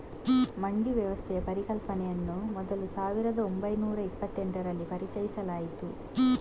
ಮಂಡಿ ವ್ಯವಸ್ಥೆಯ ಪರಿಕಲ್ಪನೆಯನ್ನು ಮೊದಲು ಸಾವಿರದ ಓಂಬೈನೂರ ಇಪ್ಪತ್ತೆಂಟರಲ್ಲಿ ಪರಿಚಯಿಸಲಾಯಿತು